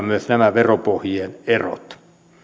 myös nämä veropohjien erot